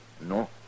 No